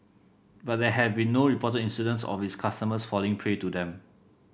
but there have been no reported incidents of its customers falling prey to them